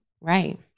Right